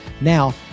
now